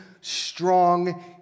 strong